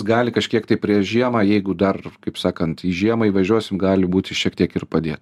gali kažkiek tai prieš žiemą jeigu dar kaip sakant į žiemą įvažiuosim gali būti šiek tiek ir padėt